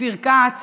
אופיר כץ